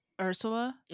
Ursula